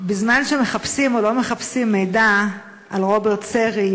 בזמן שמחפשים או לא מחפשים מידע על רוברט סרי,